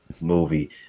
movie